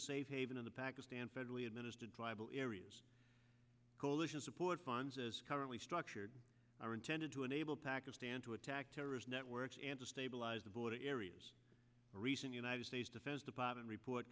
a safe haven in the pakistan federally administered tribal areas coalition support funds as currently structured are intended to enable pakistan to attack terrorist networks and to stabilize the border areas recent united states defense department report